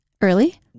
early